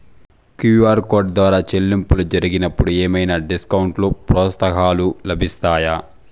QR code ద్వారా చెల్లింపులు జరిగినప్పుడు ఏవైనా డిస్కౌంట్ లు, ప్రోత్సాహకాలు లభిస్తాయా?